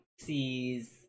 sees